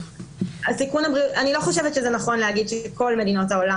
אני לא חושבת שזה נכון להגיד כל מדינות העולם